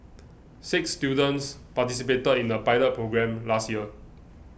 six students participated in a pilot programme last year